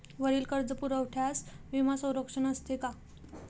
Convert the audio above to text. वरील कर्जपुरवठ्यास विमा संरक्षण असते का?